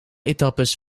etappes